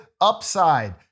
Upside